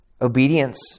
Obedience